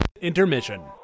Intermission